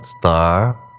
star